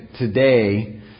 Today